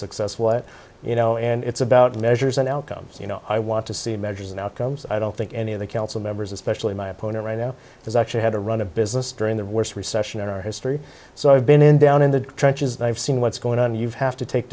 what you know and it's about measures and outcomes you know i want to see measures and outcomes i don't think any of the council members especially my opponent right now has actually had to run a business during the worst recession in our history so i've been in down in the trenches they've seen what's going on you've have to take